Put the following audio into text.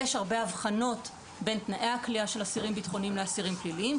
יש הרבה הבחנות בין תנאי הכליאה של אסירים בטחוניים לאסירים פליליים,